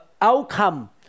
outcome